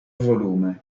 volume